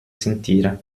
sentire